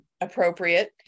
appropriate